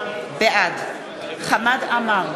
בעד חמד עמאר,